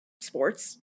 sports